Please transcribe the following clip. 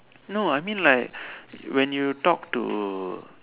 no I mean like when you talk to